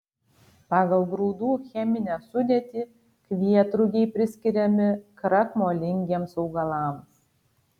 pagal grūdų cheminę sudėtį kvietrugiai priskiriami krakmolingiems augalams